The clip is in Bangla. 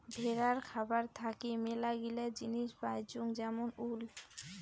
ভেড়ার খাবার থাকি মেলাগিলা জিনিস পাইচুঙ যেমন উল